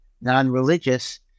non-religious